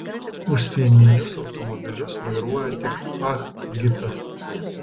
užsieninius automobilius vairuoja tik ah gitas